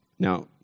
Now